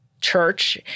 church